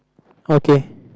okay